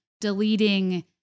deleting